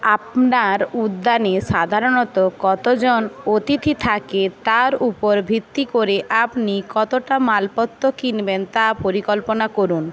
আপনার উদ্যানে সাধারণত কতজন অতিথি থাকে তার উপর ভিত্তি করে আপনি কতটা মালপত্র কিনবেন তা পরিকল্পনা করুন